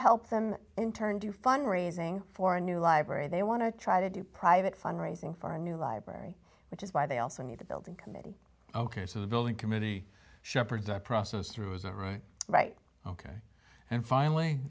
help them in turn do fund raising for a new library they want to try to do private fundraising for a new library which is why they also need the building committee ok so the building committee shepherd the process through is a right right ok and finally